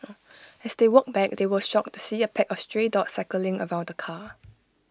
as they walked back they were shocked to see A pack of stray dogs circling around the car